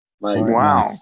Wow